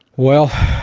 well,